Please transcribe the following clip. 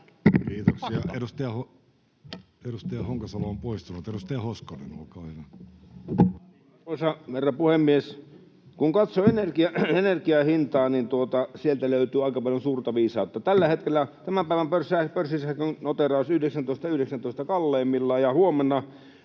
Kiitoksia. — Edustaja Honkasalo on poistunut. — Edustaja Hoskonen, olkaa hyvä. [Ben Zyskowicz: Sama linja!] Arvoisa herra puhemies! Kun katsoo energian hintaa, niin sieltä löytyy aika paljon suurta viisautta. Tällä hetkellä tämän päivän pörssisähkön noteeraus on 19,19 kalleimmillaan ja huomenna